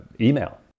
email